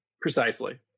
Precisely